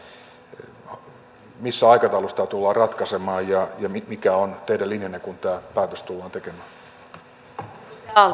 missä aikataulussa tämä tullaan ratkaisemaan ja mikä on teidän linjanne kun tämä päätös tullaan tekemään